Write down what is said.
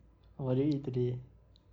oh what did you eat today